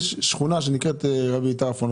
יש שכונה שנקראת רבי טרפון,